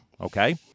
okay